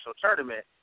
tournament